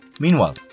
Meanwhile